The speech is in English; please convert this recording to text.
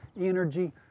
energy